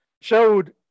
showed